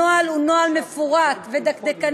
הנוהל הוא נוהל מפורט ודקדקני,